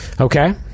Okay